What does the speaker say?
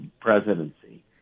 presidency